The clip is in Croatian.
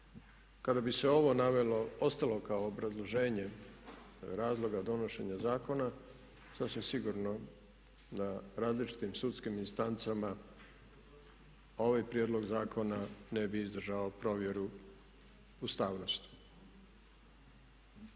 kada bi se ovo navelo, ostalo kao obrazloženje razloga donošenja zakona sasvim sigurno na različitim sudskim instancama ovaj prijedlog zakona ne bi izdržao provjeru ustavnosti.